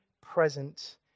present